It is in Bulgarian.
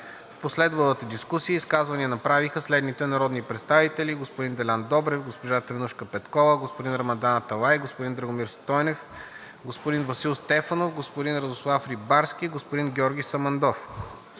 В последвалата дискусия изказвания направиха следните народни представители: господин Делян Добрев, госпожа Теменужка Петкова, господин Рамадан Аталай, господин Драгомир Стойнев, господин Васил Стефанов, господин Радослав Рибарски, господин Георги Самандов.